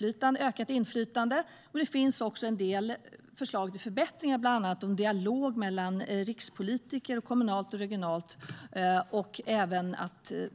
Men det finns en del förslag till förbättringar, bland annat gällande dialog mellan rikspolitiker och kommunal och regionpolitiker.